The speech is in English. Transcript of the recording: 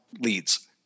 leads